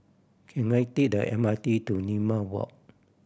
can I take the M R T to Limau Walk